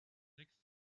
sechs